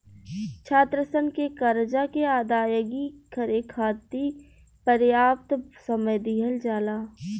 छात्रसन के करजा के अदायगी करे खाति परयाप्त समय दिहल जाला